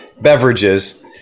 beverages